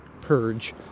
purge